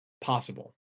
possible